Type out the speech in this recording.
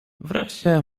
wreszcie